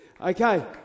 Okay